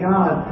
God